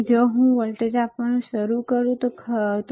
તેથી જો હું વોલ્ટેજ આપવાનું શરૂ કરું તો ખરું